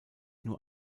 nur